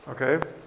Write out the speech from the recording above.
Okay